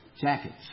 Jackets